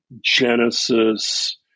Genesis